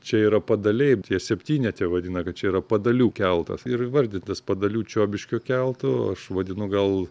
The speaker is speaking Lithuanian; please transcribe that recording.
čia yra padaliai tie septyni čia vadina kad čia yra padalių keltas ir įvardytas padalių čiobiškio keltu aš vadinu gal